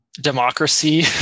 democracy